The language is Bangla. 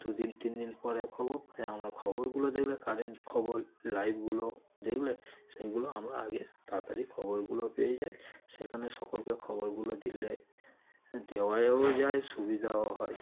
দু দিন তিন দিন পরে খবর পায় আমরা খবরগুলো দেখলে কারেন্ট খবর লাইভগুলো দেখলে সেইগুলো আমরা আগে তাড়াতাড়ি খবরগুলো পেয়ে যাই সেখানে সকলকে খবরগুলো দিলে দেওয়াও যায় সুবিধাও হয়